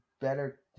better